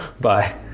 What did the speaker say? Bye